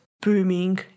booming